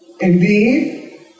Indeed